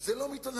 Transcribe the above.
זה לא מתנהל.